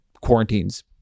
quarantines